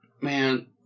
Man